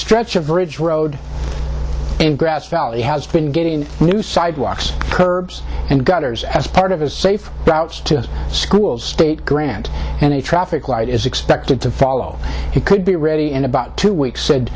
stretch of ridge road and grass valley he has been getting new sidewalks curbs and gutters as part of his safe routes to schools state grant and the traffic light is expected to follow it could be ready in about two weeks said